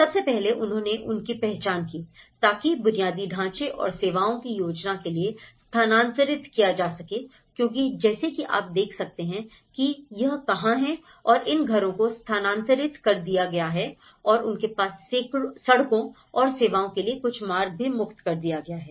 सबसे पहले उन्होंने उनकी पहचान की ताकि बुनियादी ढांचे और सेवाओं की योजना के लिए स्थानांतरित किया जा सके क्योंकि जैसे कि आप देख सकते हैं कि यह कहां है और इन घरों को स्थानांतरित कर दिया गया है और उनके पास सड़कों और सेवाओं के लिए कुछ मार्ग भी मुक्त कर दिया गया है